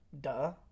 Duh